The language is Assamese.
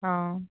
অঁ